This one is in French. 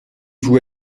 vous